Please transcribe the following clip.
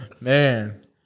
Man